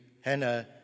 Hannah